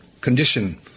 condition